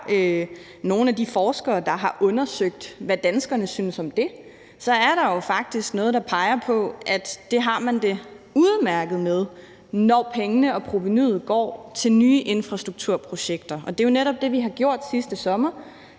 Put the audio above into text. nogle af de forskere, der har undersøgt, hvad danskerne synes om det, så er der jo faktisk noget, der peger på, at det har man det udmærket med, når pengene og provenuet går til nye infrastrukturprojekter. Og det er jo netop det, vi har gjort sidste sommer